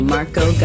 Marco